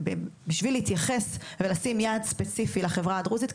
על מנת להתייחס ולשים יעד ספציפי לחברה הדרוזית,